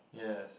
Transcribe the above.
yes